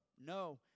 no